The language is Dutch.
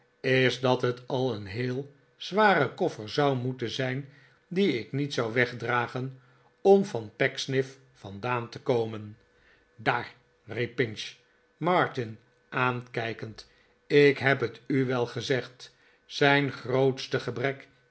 is dat het al een heel zware koffer zou moeten zijn dien ik niet zou wegdragen om van pecksniff vandaan te komen daar riep pinch martin aankijkend r ik heb het u wel gezegd zijn grootste gebrek